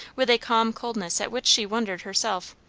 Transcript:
with a calm coldness at which she wondered herself.